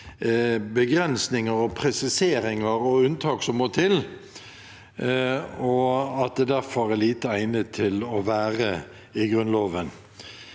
begrensninger, presiseringer og unntak som må til, og at det derfor er lite egnet til å være i Grunnloven.